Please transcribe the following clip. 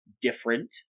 different